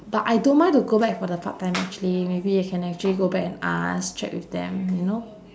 but I don't mind to go back for the part time actually maybe I can actually go back and ask check with them you know